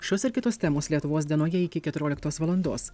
šios ir kitos temos lietuvos dienoje iki keturioliktos valandos